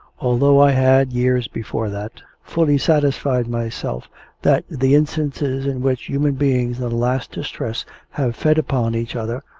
although i had, years before that, fully satisfied myself that the instances in which human beings in the last distress have fed upon each other,